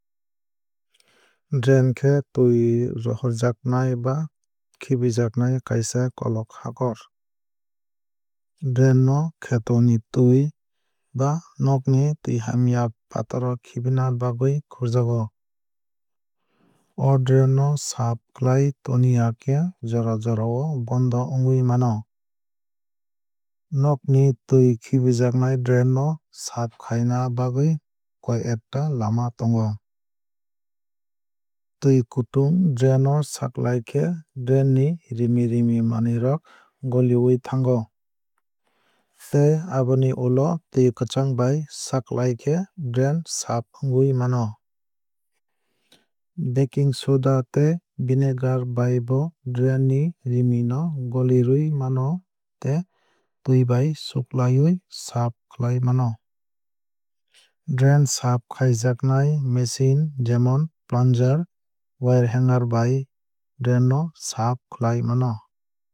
Drain khe twui rohorjaknai ba khibijaknai kaisa kolok hakor. Drain no kheto ni twui ba nogni twui hamya fatar o khibina bagwui khurjago. O drain o saaf khlai toniya khe jora jora o bondo wngwui mano. Nogni twui khibijaknai drain no saaf khaina bagwui koi ekta lama tongo. Twui kutung drain o saklai khe drain ni rimi rimi manwui rok goliwui thango. Tei aboni ulo twui kwchang bai suklai khe drain saaf wngwui mano. Baking soda tei vinegar bai bo drain ni rimi no golirwui mano tei twui bai suklaiwui saaf khlai mano. Drain saaf khaijaknai machine jemon plunger wire hanger bai drain no saaf khlai mano.